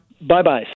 Bye-bye